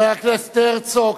חבר הכנסת הרצוג,